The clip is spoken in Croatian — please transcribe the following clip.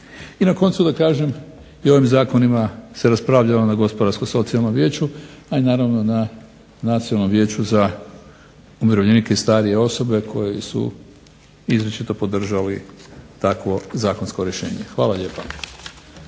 I na koncu da kažem i o ovim Zakonima se raspravljalo na Gospodarsko-socijalnom vijeću a i naravno na Nacionalnom vijeću za umirovljenike i starije osobe koji su izričito podržali takvo zakonsko rješenje. Hvala lijepa.